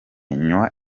nywa